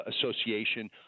Association